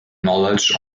knowledge